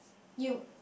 you